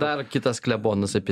dar kitas klebonas apie